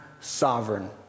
sovereign